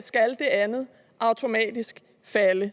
skal det andet automatisk falde.